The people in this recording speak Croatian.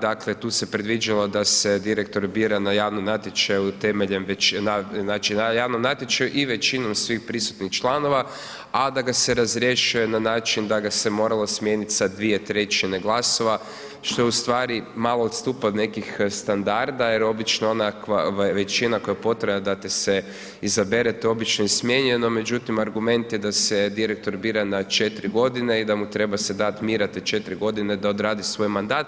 Dakle tu se predviđalo da se direktor bira na javnom natječaju temeljem, znači na javnom natječaju i većinom svih prisutnih članova a da ga se razrješuje na način da ga se moralo smijeniti sa dvije trećine glasova što ustvari malo odstupa od nekih standarda je obično onakva većina koja je potrebna da te se izabere to je obično i smijenjeno međutim argument je da se direktor bira na 4 godine i da mu treba se dati mira te 4 godine da odradi svoj mandat